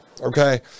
okay